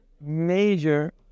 major